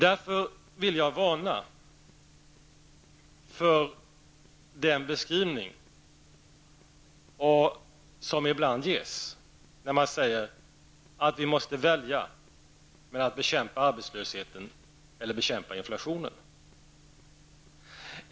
Därför vill jag varna för den beskrivning som ibland ges, där man säger att vi måste välja mellan att bekämpa arbetslösheten och att bekämpa inflationen.